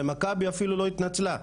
ומכבי אפילו לא התנצלה,